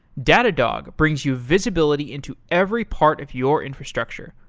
datadog brings you visibility into every part of your infrastructure,